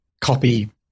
copy